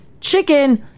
chicken